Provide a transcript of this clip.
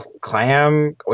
clam